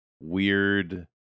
weird